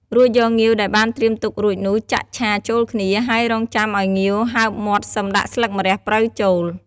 រួចយកងាវដែលបានត្រៀមទុករួចនោះចាក់ឆាចូលគ្នា ហើយរងចាំអោយងាវហើបមាត់សឹមដាក់ស្លឹកម្រះព្រៅចូល។